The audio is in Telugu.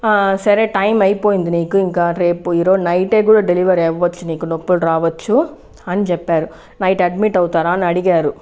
సరే టైం అయిపోయింది నీకు ఇంకా రేపు ఈరోజు నైటే కూడా డెలివరీ అవ్వచ్చు నీకు నొప్పులు రావచ్చు అని చెప్పారు నైట్ ఏ అడ్మిట్ అవుతారా అని అడిగారు